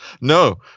no